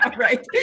Right